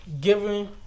giving